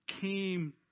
came